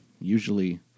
usually